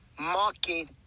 mocking